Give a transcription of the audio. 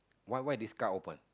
why why this car open